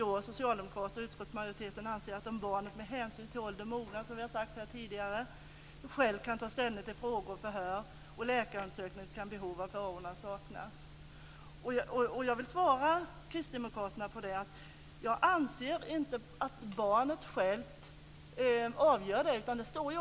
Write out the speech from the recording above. Vi socialdemokrater och utskottsmajoriteten anser att om barnet med hänsyn till ålder och mognad, som vi tidigare har sagt här, självt kan ta ställning till frågor om förhör och läkarundersökning kan behov av ett förordnande saknas. Jag anser inte att barnet självt avgör det.